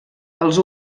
els